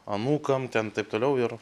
anūkam ten taip toliau ir